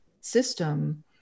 system